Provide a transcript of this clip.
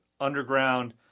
underground